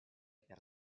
per